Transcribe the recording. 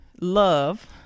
love